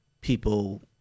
people